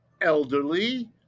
elderly